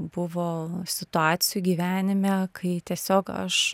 buvo situacijų gyvenime kai tiesiog aš